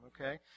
okay